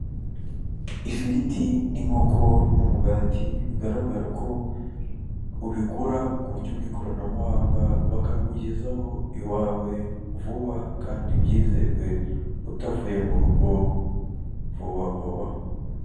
Ifiriti n'inkoko, umugati bigaragara ko ubigura ku buryo bw'ikoranabuhanga bakabikugezaho iwawe vuba kandi byizewe, utavuye mu rugo vuba vuba.